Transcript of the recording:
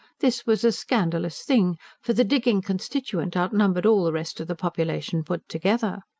this was a scandalous thing for the digging constituent outnumbered all the rest of the population put together,